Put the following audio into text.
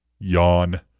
Yawn